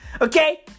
Okay